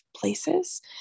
places